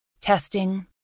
testing